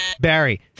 Barry